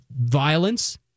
violence